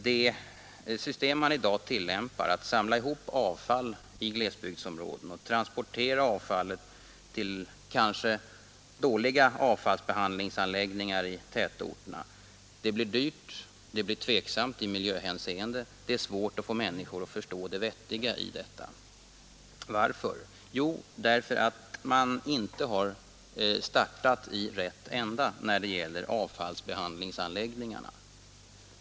Det system man i dag tillämpar — att samla ihop avfall i glesbygdsområden och transportera avfallet till kanske dåliga avfallsbehandlingsanläggningar i tätorterna — blir dyrt, det blir tveksamt i miljöhänseende, och det är svårt att få människor att förstå det vettiga i detta. Varför? Jo, därför att man inte har startat i rätt ända när det gäller avfallsbehandlingsanläggningarna.